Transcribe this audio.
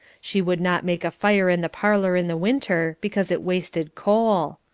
she would not make a fire in the parlour in the winter, because it wasted coal.